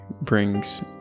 brings